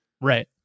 Right